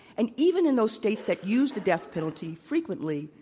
and even in those states that used the death penalty frequently,